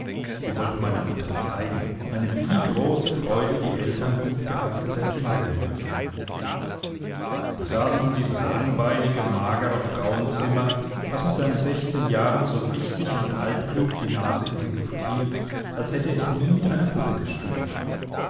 sie wollten meiner mutter zeigen eine wie große freude die eltern gutgearteter kinder genießen da saß nun dieses langbeinige magere frauenzimmer das mit seinen sechzehn jahren so wichtig und altklug die nase in die luft hielt als hätte es nie mit einer puppe gespielt